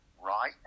right